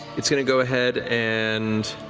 it's going to go ahead and